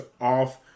off